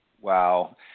Wow